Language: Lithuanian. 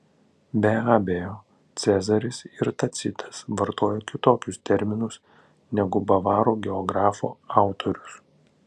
be abejo cezaris ir tacitas vartojo kitokius terminus negu bavarų geografo autorius